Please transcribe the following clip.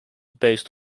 based